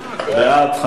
בעד,